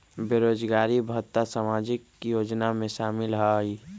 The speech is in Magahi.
बेरोजगारी भत्ता सामाजिक योजना में शामिल ह ई?